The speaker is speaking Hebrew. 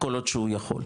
כל עוד שהוא יכול,